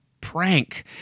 prank